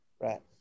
Right